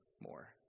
more